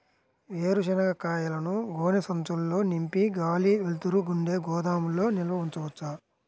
వేరుశనగ కాయలను గోనె సంచుల్లో నింపి గాలి, వెలుతురు ఉండే గోదాముల్లో నిల్వ ఉంచవచ్చా?